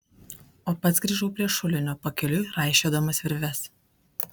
o pats grįžau prie šulinio pakeliui raišiodamas virves